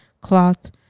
cloth